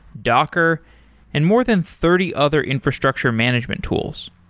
docker and more than thirty other infrastructure management tools.